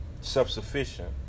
Self-sufficient